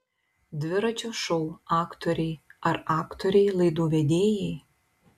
dviračio šou aktoriai ar aktoriai laidų vedėjai